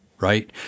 right